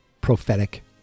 prophetic